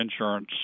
Insurance